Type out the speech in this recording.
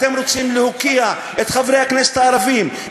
אתם רוצים להוקיע את חברי הכנסת הערבים.